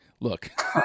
look